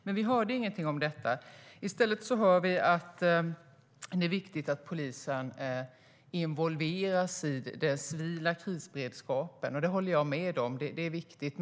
Men vi hörde ingenting om detta.I stället hör vi att det är viktigt att polisen involveras i den civila krisberedskapen. Det håller jag med om. Det är viktigt.